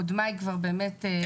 קודמיי כבר הרחיבו.